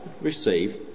receive